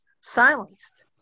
silenced